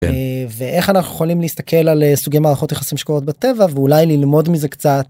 איך אנחנו יכולים להסתכל על סוגי מערכות יחסים שקורות בטבע ואולי ללמוד מזה קצת.